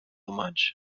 much